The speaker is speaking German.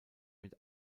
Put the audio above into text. mit